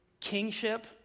kingship